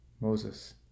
Moses